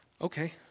okay